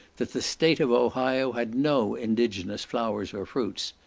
that the state of ohio had no indigenous flowers or fruits.